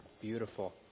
beautiful